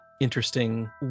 interesting